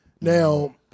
Now